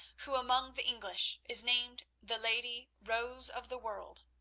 who among the english is named the lady rose of the world.